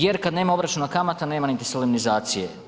Jer kad nema obračuna kamata nema niti solemnizacije.